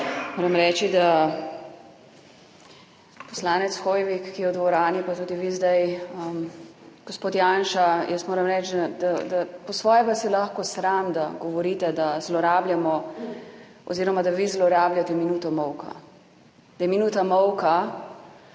moram reči, poslanec Hoivik, ki ste v dvorani, pa tudi vi zdaj, gospod Janša, po svoje vas je lahko sram, da govorite, da zlorabljamo oziroma da vi zlorabljate minuto molka, da je minuta molka